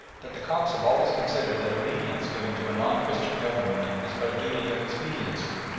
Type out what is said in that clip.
that the copts have always considered that obedience given to a non-christian government is but a duty of expediency,